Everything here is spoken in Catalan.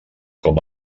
com